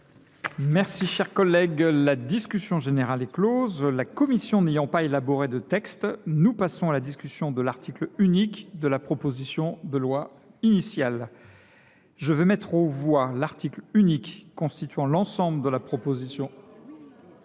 est une faute. La discussion générale est close. La commission n’ayant pas élaboré de texte, nous passons à la discussion de l’article unique de la proposition de loi initiale. Sur l’article unique constituant l’ensemble de la proposition